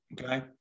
Okay